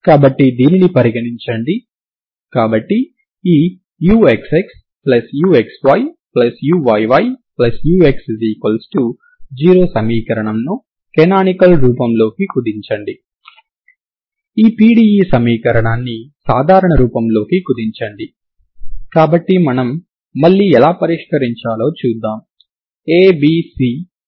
infinity పొడవు కలిగిన మీ స్ట్రింగ్ ∞∞ డొమైన్ లో తరంగ సమీకరణాన్ని సంతృప్తి పరిస్తే ఆ స్ట్రింగ్ యొక్క మొత్తం శక్తి ఈ సంరక్షించబడిన శక్తి అవుతుంది మరియు దాని యొక్క t కి సంబంధించిన అవకలనం 0 అవుతుంది సరేనా